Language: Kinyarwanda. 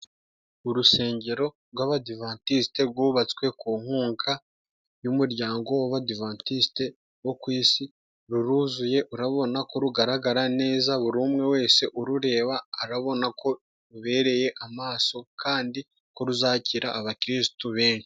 Urusengero rw'Abadivantisite rwubatswe ku nkunga y'umuryango w'Abadivantisite bo ku isi ruruzuye urabona ko rugaragara neza buri umwe wese urureba arabona ko rubereye amaso kandi ko ruzakira abakirisitu benshi.